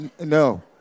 no